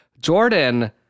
Jordan –